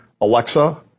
Alexa